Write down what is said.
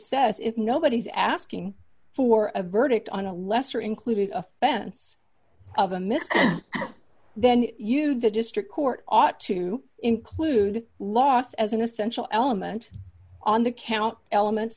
says if nobody's asking for a verdict on a lesser included offense of a mistake then you the district court ought to include loss as an essential element on the count elements